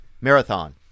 marathon